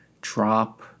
drop